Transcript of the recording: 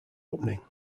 opening